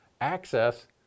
access